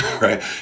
Right